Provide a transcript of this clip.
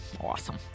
awesome